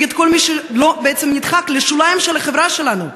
נגד כל מי שנדחק לשוליים של החברה שלנו,